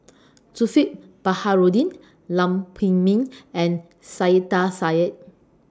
Zulkifli Baharudin Lam Pin Min and Saiedah Said